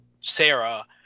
Sarah